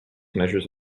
measures